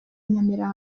nyamirambo